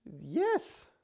yes